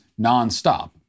nonstop